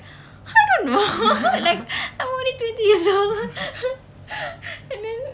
I don't know like I'm only twenty year old and then